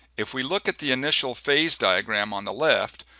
if we look at the initial phase diagram on the left,